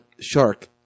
shark